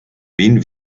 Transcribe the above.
wen